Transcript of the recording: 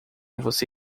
você